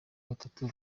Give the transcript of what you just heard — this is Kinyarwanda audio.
batatu